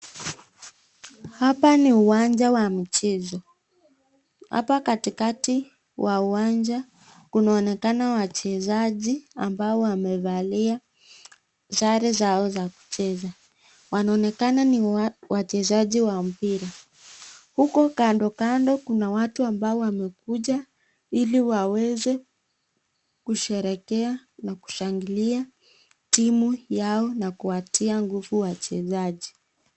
Hapa ni uwanja wa mchezo, hapa katika wa uwanja kunaonekana wachezaji am so wamefalia sare zao za kucheza, wanaonekana ni wachezaji wa mpira, huku kando kando kuna watu ambao wamekuja hili waweze kusherekea na kushangilia yao na kuwatia nguvu wachezaji.